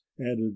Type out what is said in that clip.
added